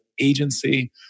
agency